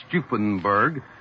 Stupenberg